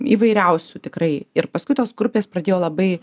įvairiausių tikrai ir paskui tos grupės pradėjo labai